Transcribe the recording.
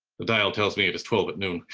the dial tells me, it is twelve at noon.